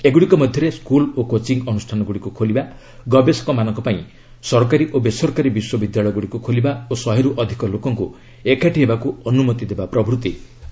ଏଗୁଡ଼ିକ ମଧ୍ୟରେ ସ୍କୁଲ୍ ଓ କୋଟିଂ ଅନୁଷାନ ଗୁଡ଼ିକୁ ଖୋଲିବା ଗବେଷକମାନଙ୍କ ପାଇଁ ସରକାରୀ ଓ ବେସରକାରୀ ବିଶ୍ୱବିଦ୍ୟାଳୟ ଗୁଡ଼ିକୁ ଖୋଲିବା ଓ ଶହେରୁ ଅଧିକ ଲୋକଙ୍କୁ ଏକାଠି ହେବାକୁ ଅନୁମତି ଦେବା ରହିଛି